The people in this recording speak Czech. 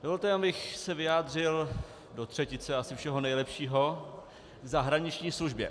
Dovolte mi, abych se vyjádřil do třetice asi všeho nejlepšího k zahraniční službě.